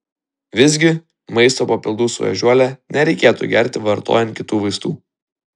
visgi maisto papildų su ežiuole nereikėtų gerti vartojant kitų vaistų